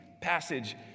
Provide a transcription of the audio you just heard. passage